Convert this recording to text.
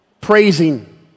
praising